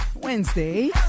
Wednesday